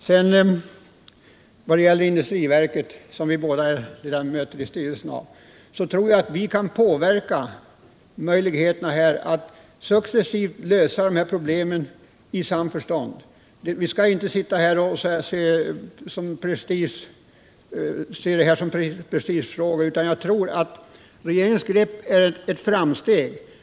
Vad sedan gäller industriverket, där vi båda är ledamöter i styrelsen, tror jag att vi kan påverka möjligheten att successivt lösa problemen i samförstånd. Vi skall inte se det här som prestigefrågor. Jag tror att regeringens grepp är ett framsteg.